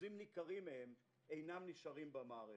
אחוזים ניכרים מהם אינם נשארים במערכת.